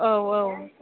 औ औ